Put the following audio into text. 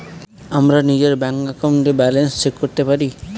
আমরা নিজের ব্যাঙ্ক একাউন্টে ব্যালান্স চেক করতে পারি